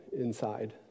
inside